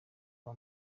kwa